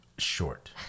short